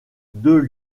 deux